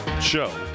show